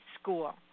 School